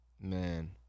Man